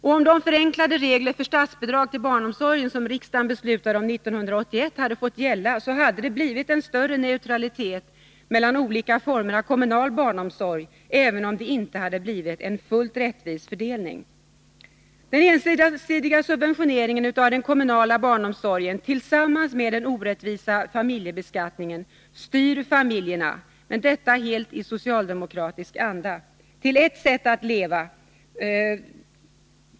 Om de förenklade regler för statsbidrag till barnomsorgen som riksdagen beslutade 1981 hade fått gälla, skulle det ha funnits en större neutralitet mellan olika former av kommunal barnomsorg, även om det inte hade blivit en fullt rättvis fördelning. Den ensidiga subventioneringen av den kommunala barnomsorgen, tillsammans med den orättvisa familjebeskattningen, styr familjerna — helt i socialdemokratisk anda — mot ett sätt att leva.